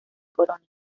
corona